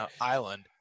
island